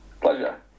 Pleasure